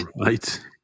Right